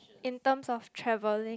in terms of travelling